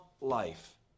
life